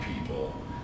people